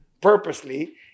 purposely